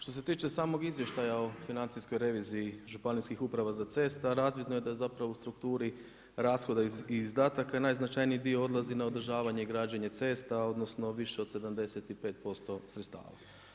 Što se tiče samog izvještaja o financijskoj reviziji Županijskih uprava za ceste razvidno je da zapravo u strukturi rashoda i izdataka najznačajniji dio odlazi na održavanje i građenje cesta, odnosno više od 75% sredstava.